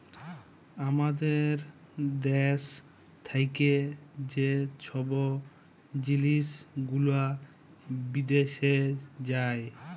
আমাদের দ্যাশ থ্যাকে যে ছব জিলিস গুলা বিদ্যাশে যায়